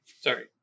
Sorry